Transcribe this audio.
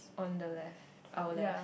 on the left our left